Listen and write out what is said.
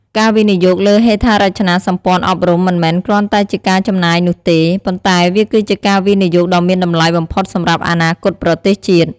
ការវិនិយោគលើហេដ្ឋារចនាសម្ព័ន្ធអប់រំ មិនមែនគ្រាន់តែជាការចំណាយនោះទេ ប៉ុន្តែវាគឺជាការវិនិយោគដ៏មានតម្លៃបំផុតសម្រាប់អនាគតប្រទេសជាតិ។